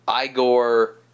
Igor